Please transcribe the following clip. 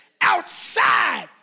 outside